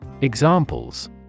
Examples